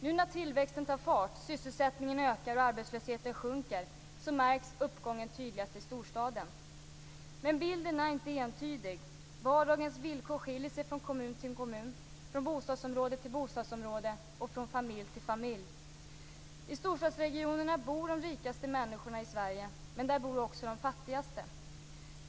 Nu när tillväxten tar fart, sysselsättningen ökar och arbetslösheten sjunker märks uppgången tydligast i storstaden. Men bilden är inte entydig. Vardagens villkor skiljer sig från kommun till kommun, från bostadsområde till bostadsområde och från familj till familj. I storstadsregionerna bor de rikaste människorna i Sverige, men där bor också de fattigaste.